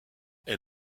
est